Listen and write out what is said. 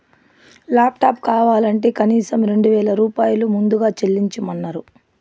laptop కావాలంటే కనీసం రెండు వేల రూపాయలు ముందుగా చెల్లించమన్నరు